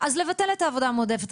אז לבטל את העבודה המועדפת.